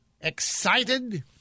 excited